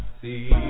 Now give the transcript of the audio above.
see